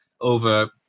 over